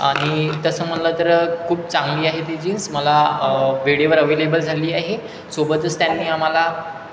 आणि तसं म्हटलं तर खूप चांगली आहे ती जीन्स मला वेळेवर अवेलेबल झाली आहे सोबतच त्यांनी आम्हाला